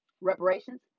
Reparations